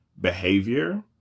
behavior